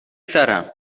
سرم